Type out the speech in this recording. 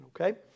Okay